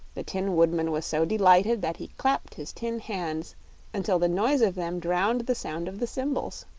the tin woodman was so delighted that he clapped his tin hands until the noise of them drowned the sound of the cymbals.